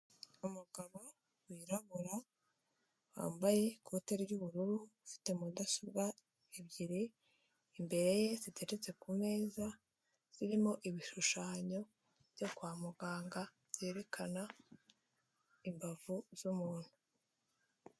Umugabo wirabura, wambaye ikote ry'ubururu, ufite mudasobwa ebyiri imbere ye, ziteretse ku meza, zirimo ibishushanyo byo kwa muganga ,byerekana imbavu z'umuntu.